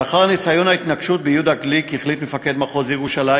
לאחר ניסיון ההתנקשות ביהודה גליק החליט מפקד מחוז ירושלים,